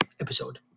episode